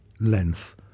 length